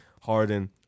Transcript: Harden